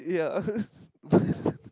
yeah